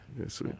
Yes